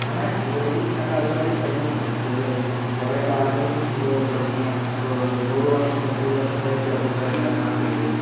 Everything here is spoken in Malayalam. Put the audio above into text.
അങ്ങനെ നമുക്ക് ഒരു പിടി നല്ല ആൾക്കാർ അതിനു ഉണ്ട് കുറേ കാലങ്ങൾക്ക് മുമ്പ് തുടങ്ങിയ ഇപ്പോൾ നൂറ് വർഷവും നൂറ്റി ഇരുപത് വർഷവും കഴിഞ്ഞ ക്ലബ്ബും കാര്യങ്ങളൊക്കെ നമുക്കുണ്ട്